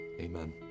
Amen